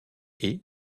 haies